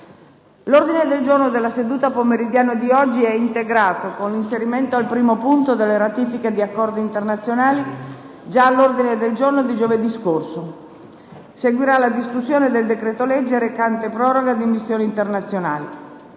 L'ordine del giorno della seduta pomeridiana di oggi è integrato con l'inserimento al primo punto delle ratifiche di accordi internazionali già all'ordine del giorno di giovedì scorso. Seguirà la discussione del decreto-legge recante proroga di missioni internazionali.